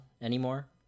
anymore